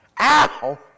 ow